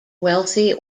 wealthy